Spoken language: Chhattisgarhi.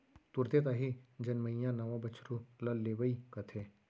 तुरते ताही जनमइया नवा बछरू ल लेवई कथें